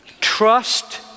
trust